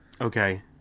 Okay